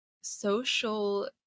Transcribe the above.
social